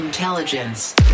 Intelligence